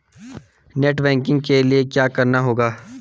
Net banking के लिए क्या करना होगा?